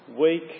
weak